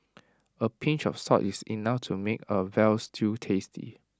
A pinch of salt is enough to make A Veal Stew tasty